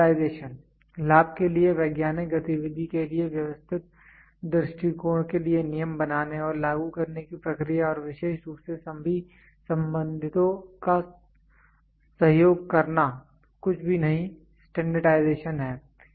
standardisation लाभ के लिए वैज्ञानिक गति विधि के लिए व्यवस्थित दृष्टिकोण के लिए नियम बनाने और लागू करने की प्रक्रिया और विशेष रूप से सभी संबंधितों का सहयोग करना कुछ भी नहीं स्टैंडर्डाइजेशन है